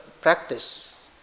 practice